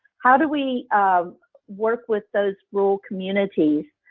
how do we work with those rural communities